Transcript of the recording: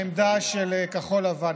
העמדה של כחול לבן,